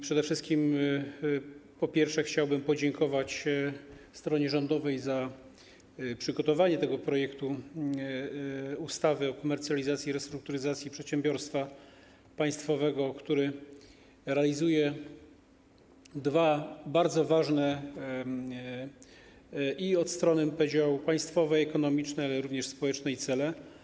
Przede wszystkim chciałbym podziękować stronie rządowej za przygotowanie tego projektu ustawy o komercjalizacji i restrukturyzacji przedsiębiorstwa państwowego, który realizuje dwa bardzo ważne - i od strony, powiedziałbym, państwowej, ekonomicznej, ale również społecznej - cele.